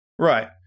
Right